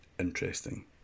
interesting